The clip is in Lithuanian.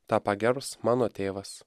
tą pagers mano tėvas